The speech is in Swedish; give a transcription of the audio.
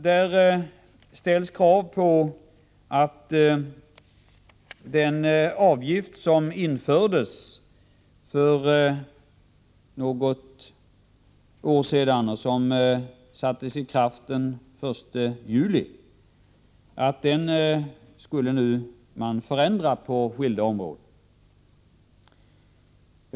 Det ställs krav på att den avgiften, som det fattades beslut om för något år sedan och som sattes i kraft den 1 juli i år, nu skulle förändras i skilda avseenden.